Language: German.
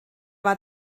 war